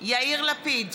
יאיר לפיד,